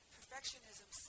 Perfectionism